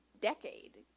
decade